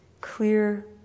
clear